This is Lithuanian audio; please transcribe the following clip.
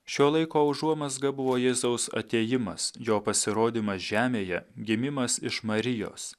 šio laiko užuomazga buvo jėzaus atėjimas jo pasirodymas žemėje gimimas iš marijos